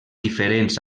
diferents